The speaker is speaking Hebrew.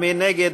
מי נגד?